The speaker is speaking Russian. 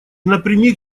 напрямик